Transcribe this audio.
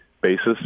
basis